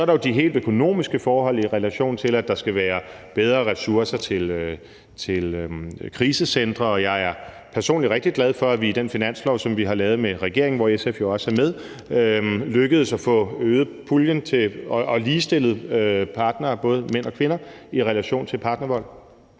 Så er der jo de økonomiske forhold, i relation til at der skal være bedre ressourcer til krisecentre. Jeg er personligt rigtig glad for, at vi i den finanslov, som vi har lavet med regeringen, hvor SF jo også er med, lykkedes med at få øget puljen til og ligestillet partnere, både mænd og kvinder, i relation til partnervold.